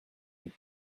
nous